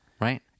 right